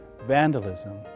vandalism